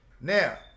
Now